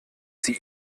sie